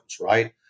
right